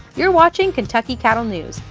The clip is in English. you're watching kentucky cattle news.